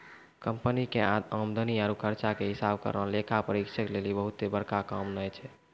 company के आमदनी आरु खर्चा के हिसाब करना लेखा परीक्षक लेली बहुते बड़का काम नै छै